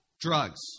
Drugs